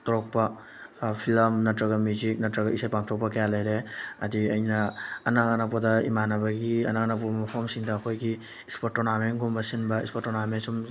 ꯇꯧꯔꯛꯄ ꯐꯤꯂꯝ ꯅꯠꯇ꯭ꯔꯒ ꯃ꯭ꯌꯨꯖꯤꯛ ꯅꯠꯇ꯭ꯔꯒ ꯏꯁꯩ ꯄꯥꯡꯊꯣꯛꯄ ꯀꯌꯥ ꯂꯩꯔꯦ ꯍꯥꯏꯗꯤ ꯑꯩꯅ ꯑꯅꯛ ꯑꯅꯛꯄꯗ ꯏꯃꯥꯟꯅꯕꯒꯤ ꯑꯅꯛ ꯑꯅꯛꯄ ꯃꯐꯝꯁꯤꯡꯗ ꯑꯩꯈꯣꯏꯒꯤ ꯏꯁꯄꯣꯔꯠ ꯇꯣꯔꯅꯥꯃꯦꯟꯒꯨꯝꯕ ꯁꯤꯟꯕ ꯏꯁꯄꯣꯔꯠ ꯇꯣꯔꯅꯥꯃꯦꯟ ꯁꯨꯝ